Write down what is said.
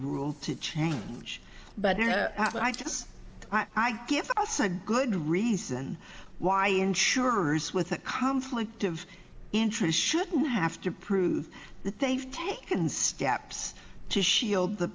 rule to change but i guess i give us a good reason why insurers with a conflict of interest shouldn't have to prove that they've taken steps to shield the